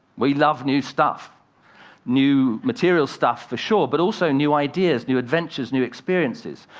we love new stuff new material stuff for sure but also new ideas, new adventures, new experiences.